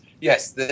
yes